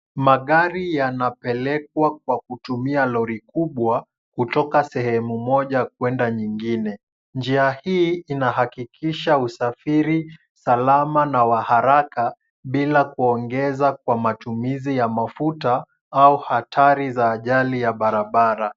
Magari yanapelekwa kwa kutumia lori kubwa, kutoka sehemu moja kwenda nyingine. Njia hii inahakikisha usafiri salama na wa haraka, bila kuongeza kwa matumizi ya mafuta au hatari za ajali ya barabara.